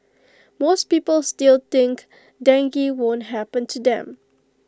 most people still think dengue won't happen to them